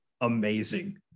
amazing